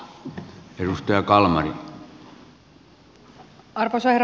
arvoisa herra puhemies